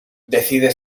decide